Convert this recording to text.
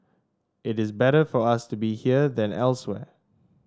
it is better for us to be here than elsewhere